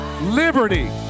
liberty